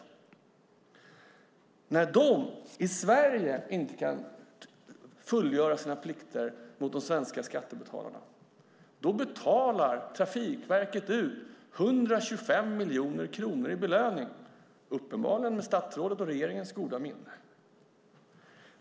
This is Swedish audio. När de i Sverige inte kan fullgöra sina plikter gentemot de svenska skattebetalarna betalar Trafikverket ut 125 miljoner kronor i belöning, uppenbarligen med statsrådets och regeringens goda minne.